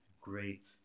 great